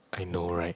I know right